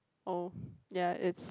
oh ya it's